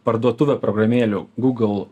parduotuvę programėlių gūgl